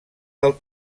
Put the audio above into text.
del